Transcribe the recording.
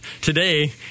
today